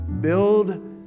Build